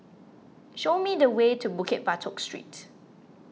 show me the way to Bukit Batok Street